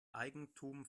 eigentum